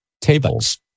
tables